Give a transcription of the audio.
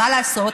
מה לעשות,